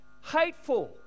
hateful